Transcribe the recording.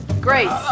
Grace